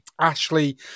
Ashley